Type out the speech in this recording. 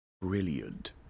Brilliant